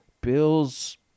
Bills